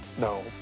no